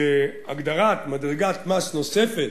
שהגדרת מדרגת מס נוספת